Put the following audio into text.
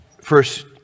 First